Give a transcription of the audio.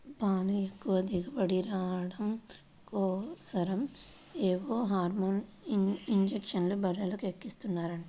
పాలు ఎక్కువ దిగుబడి రాడం కోసరం ఏవో హార్మోన్ ఇంజక్షన్లు బర్రెలకు ఎక్కిస్తన్నారంట